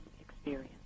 experience